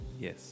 Yes